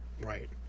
Right